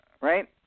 right